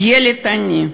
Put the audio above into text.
ילד עני,